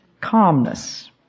Calmness